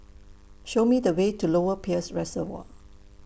Show Me The Way to Lower Peirce Reservoir